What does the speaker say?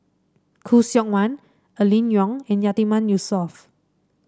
Khoo Seok Wan Aline Wong and Yatiman Yusof